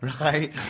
right